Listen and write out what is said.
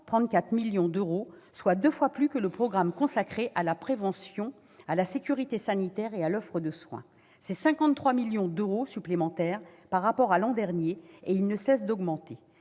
944 millions d'euros, soit deux fois plus que le programme consacré à la prévention, la sécurité sanitaire et l'offre de soins, et 53 millions d'euros de plus par rapport à l'an dernier. Ces crédits ne cessent d'augmenter.